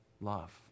Love